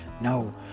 no